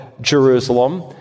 Jerusalem